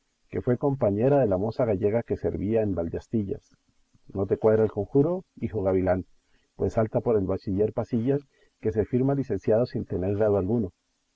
que fue compañera de la moza gallega que servía en valdeastillas no te cuadra el conjuro hijo gavilán pues salta por el bachiller pasillas que se firma licenciado sin tener grado alguno